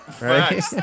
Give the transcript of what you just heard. right